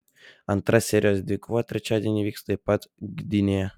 antra serijos dvikova trečiadienį įvyks taip pat gdynėje